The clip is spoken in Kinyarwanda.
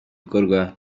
bikorwa